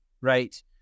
right